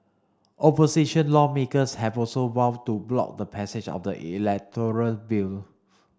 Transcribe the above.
opposition lawmakers have also vowed to block the passage of the electoral bill